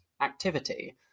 activity